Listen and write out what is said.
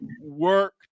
work